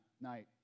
night